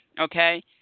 okay